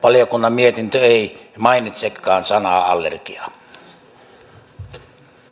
valiokunnan mietintö ei mainitsekaan sanaa allergia